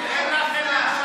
אין לכם ממשלה.